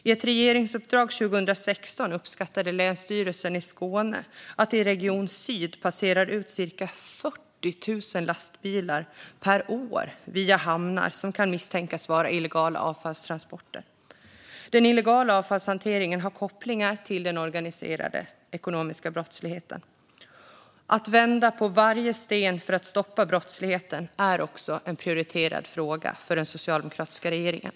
I ett regeringsuppdrag 2016 uppskattade Länsstyrelsen i Skåne att det i region Syd varje år via hamnar passerar ut cirka 40 000 lastbilar som kan misstänkas vara illegala avfallstransporter. Den illegala avfallshanteringen har kopplingar till den organiserade ekonomiska brottsligheten. Att vända på varje sten för att stoppa brottsligheten är en prioriterad fråga för den socialdemokratiska regeringen.